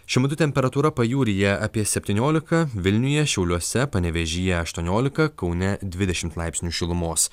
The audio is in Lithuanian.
šiuo metu temperatūra pajūryje apie septyniolika vilniuje šiauliuose panevėžyje aštuoniolika kaune dvidešim laipsnių šilumos